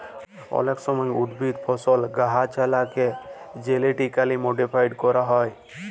অলেক সময় উদ্ভিদ, ফসল, গাহাচলাকে জেলেটিক্যালি মডিফাইড ক্যরা হয়